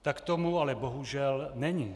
Tak tomu ale bohužel není.